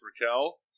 Raquel